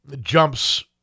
jumps